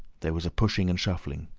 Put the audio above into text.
there was a pushing and shuffling,